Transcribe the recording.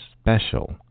special